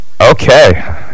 Okay